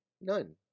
None